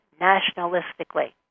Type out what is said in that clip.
nationalistically